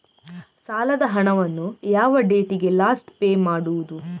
ಸಾಲದ ಹಣವನ್ನು ಯಾವ ಡೇಟಿಗೆ ಲಾಸ್ಟ್ ಪೇ ಮಾಡುವುದು?